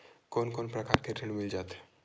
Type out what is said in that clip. कोन कोन प्रकार के ऋण मिल जाथे?